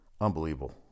Unbelievable